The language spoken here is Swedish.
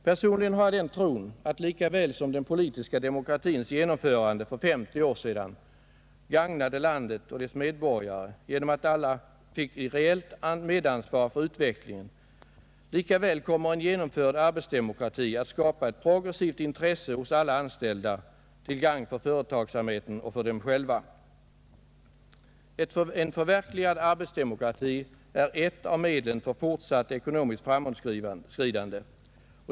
Personligen har jag den tron att lika väl som den politiska demokratins genomförande för 50 år sedan gagnade landet och dess medborgare genom att alla fick reellt medansvar för utvecklingen, lika väl kommer en genomförd arbetsdemokrati att skapa ett progressivt intresse hos alla anställda till gagn för företagsamheten och för dem själva. En förverkligad arbetsdemokrati är ett av medlen för fortsatt ekonomiskt framåtskridande.